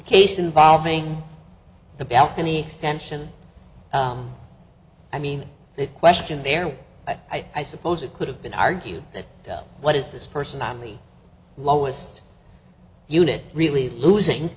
case involving the balcony extension i mean that question there i suppose it could have been argued that what is this person i'm the lowest unit really losing